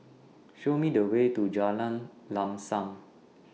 Show Me The Way to Jalan Lam SAM